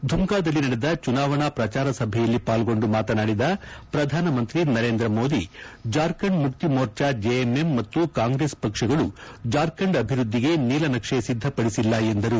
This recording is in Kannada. ಧುಮ್ಕಾದಲ್ಲಿ ನಡೆದ ಚುನಾವಣಾ ಪ್ರಚಾರ ಸಭೆಯಲ್ಲಿ ಪಾಲ್ಗೊಂಡು ಮಾತನಾಡಿದ ಪ್ರಧಾನಮಂತ್ರಿ ನರೇಂದ್ರ ಮೋದಿ ಜಾರ್ಖಂಡ್ ಮುಕ್ತಿಮೋರ್ಚಾ ಜೆಎಂಎಂ ಮತ್ತು ಕಾಂಗ್ರೆಸ್ ಪಕ್ಷಗಳು ಜಾರ್ಖಂಡ್ ಅಭಿವೃದ್ದಿಗೆ ನೀಲನಕ್ಷೆ ಸಿದ್ದಪಡಿಸಿಲ್ಲ ಎಂದರು